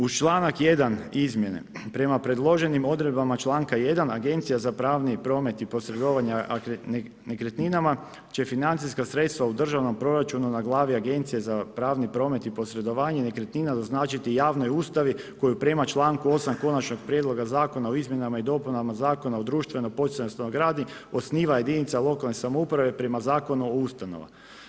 Uz članak 1. izmjene prema predloženim odredbama članka 1., Agencija za pravni promet i posredovanja nekretninama će financijska sredstva u državnom proračunu na glavi Agencije za pravni promet i posredovanje nekretninama naznačiti javnoj ustanovi koju prema članku 8. Konačnog prijedloga zakona o izmjena i dopunama Zakona o društveno poticajnoj stanogradnji, osniva jedinica lokalne samouprave prema Zakonu o ustanovama.